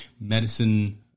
medicine